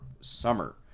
summer